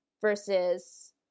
versus